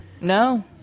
No